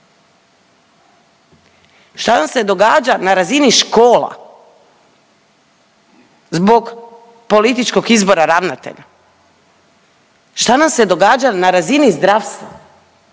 Šta nam se događa na razini škola zbog političkog izbora ravnatelja, šta nam se događa na razini zdravstva